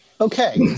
Okay